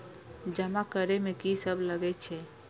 जमा करे में की सब लगे छै?